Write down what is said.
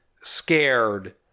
scared